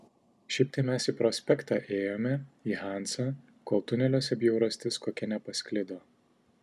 šiaip tai mes į prospektą ėjome į hanzą kol tuneliuose bjaurastis kokia nepasklido